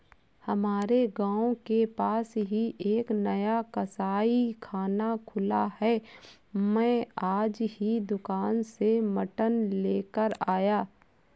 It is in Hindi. हमारे गांव के पास ही एक नया कसाईखाना खुला है मैं आज ही दुकान से मटन लेकर आया